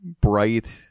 bright